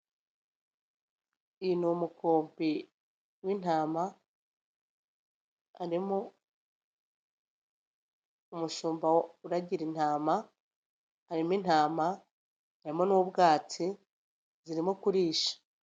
Uyu ni umukumbi w'intama, harimo umushumba uragira intama, harimo intama, harimo n'ubwatsi zirimo kurisha.